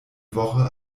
woche